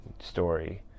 story